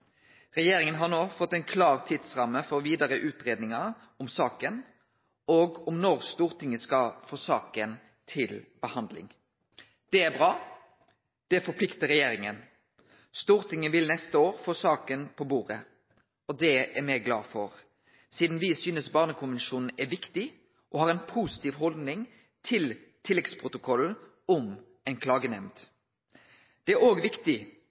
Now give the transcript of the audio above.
Regjeringa har no fått ei klar tidsramme for vidare utgreiingar om saka og om når Stortinget skal få saka til behandling. Det er bra. Det forpliktar regjeringa. Stortinget vil neste år få saka på bordet. Det er me glade for, sidan me synest Barnekonvensjonen er viktig, og har ei positiv haldning til tilleggsprotokollen om ei klagenemnd. Det er òg viktig